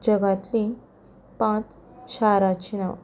जगांतलीं पांच शारांचीं नांवां